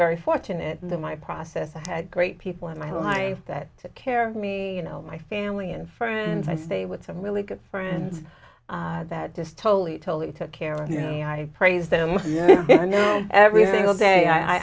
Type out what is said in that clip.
very fortunate that my process i had great people in my life that took care of me you know my family and friends i stay with some really good friends that just totally totally took care of my praise them every single day i